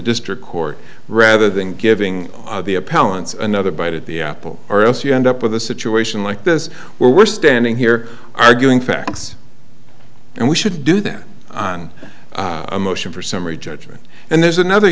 district court rather than giving the appellant's another bite at the apple or else you end up with a situation like this where we're standing here arguing facts and we should do that on a motion for summary judgment and there's another